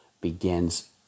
begins